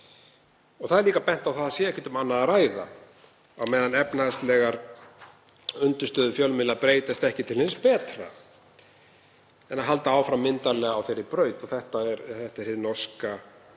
Það er líka bent á að ekki sé um annað að ræða á meðan efnahagslegar undirstöður fjölmiðla breytast ekki til hins betra en að halda áfram myndarlega á þeirri braut. Þetta er hið norska módel.